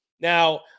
Now